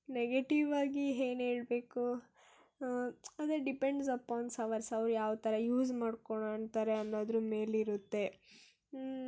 ನೆಗೆಟಿವಾಗಿ ಏನ್ ಹೇಳಬೇಕು ಅದೇ ಡಿಪೆಂಡ್ಸ್ ಅಪಾನ್ ಅವರ್ಸ್ ಅವ್ರು ಯಾವ ಥರ ಯೂಸ್ ಮಾಡ್ಕೊತಾರೆ ಅನ್ನೋದರ ಮೇಲಿರುತ್ತೆ